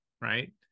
right